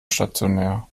stationär